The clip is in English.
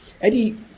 Eddie